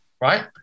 right